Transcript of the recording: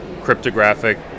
cryptographic